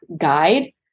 guide